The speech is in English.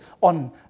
on